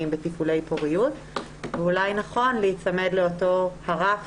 בטיפולי פוריות ואולי נכון להיצמד לאותו רף